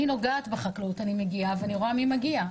אני נוגעת בחקלאות ואני מגיעה ואני רואה מי מגיע.